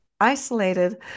isolated